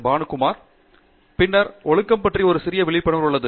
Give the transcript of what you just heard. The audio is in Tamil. பானுகுமார் பின்னர் ஒழுக்கம் பற்றி ஒரு சிறிய விழிப்புணர்வு உள்ளது